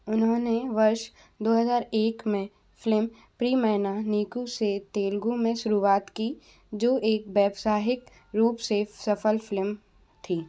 उन्होंने वर्ष दो हज़ार एक में फ़्लिम प्रियमैना नीकू से तेलुगू में शुरुआत की जो एक व्यवसायिक रूप से सफल फ़्लिम थी